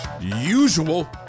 usual